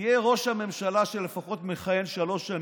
יהיה ראש ממשלה שמכהן לפחות שלוש שנים,